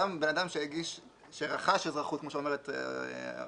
גם בן אדם שרכש אזרחות כמו שאומרת עורכת